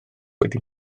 wedi